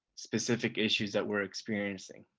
specific issues that we're experiencing.